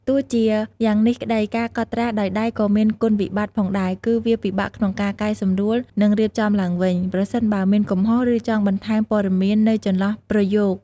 ទោះជាយ៉ាងនេះក្តី ការកត់ត្រាដោយដៃក៏មាន គុណវិបត្តិ ផងដែរ គឺវា ពិបាកក្នុងការកែសម្រួល និងរៀបចំឡើងវិញ ប្រសិនបើមានកំហុស ឬចង់បន្ថែមព័ត៌មាននៅចន្លោះប្រយោគ។